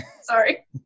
Sorry